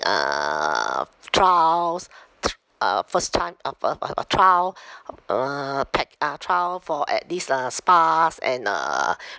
uh trials uh first time of of of a trial uh pack~ uh trial for at these uh spas and uh